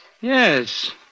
Yes